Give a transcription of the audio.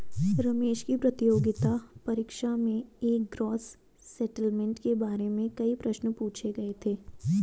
रमेश की प्रतियोगिता परीक्षा में इस ग्रॉस सेटलमेंट के बारे में कई प्रश्न पूछे गए थे